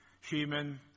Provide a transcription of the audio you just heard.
human